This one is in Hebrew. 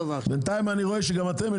בינתיים אני רואה שגם לכם,